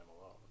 alone